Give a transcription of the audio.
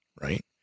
Right